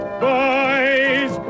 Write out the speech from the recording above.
boys